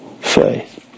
faith